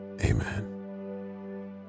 Amen